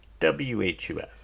WHUS